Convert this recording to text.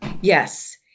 Yes